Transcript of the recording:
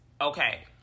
okay